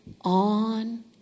on